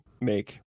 make